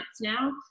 now